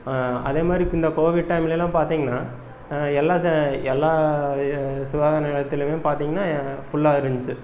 அதேமாதிரி இந்த கோவிட் டைம்லலாம் பார்த்திங்கன்னா எல்லா ச எல்லா சுகாதார நிலையத்திலயுமே பார்த்திங்கன்னா ஃபுல்லா இருந்துச்சு